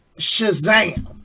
Shazam